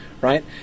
Right